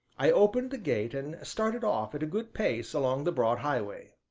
i opened the gate and started off at a good pace along the broad highway.